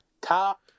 top